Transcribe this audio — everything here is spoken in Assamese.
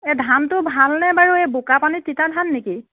এই ধানটো ভালনে বাৰু এই বোকা পানীত তিতা ধান নেকি